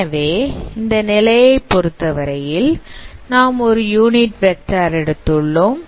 எனவேஇந்த நிலையை பொருத்தவரையில் நாம் ஒரு யூனிட் வெக்டார் எடுத்துள்ளோம்